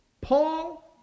Paul